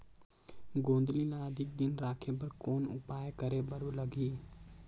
गोंदली ल अधिक दिन राखे बर कौन उपाय करे बर लगही?